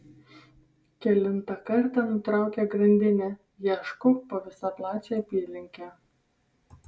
kelintą kartą nutraukia grandinę ieškok po visą plačią apylinkę